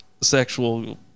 sexual